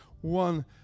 one